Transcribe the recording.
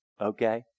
okay